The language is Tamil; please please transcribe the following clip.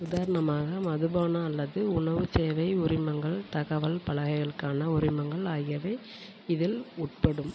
உதாரணமாக மதுபானம் அல்லது உணவுச் சேவை உரிமங்கள் தகவல் பலகைகளுக்கான உரிமங்கள் ஆகியவை இதில் உட்படும்